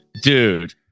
Dude